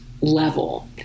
level